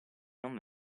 non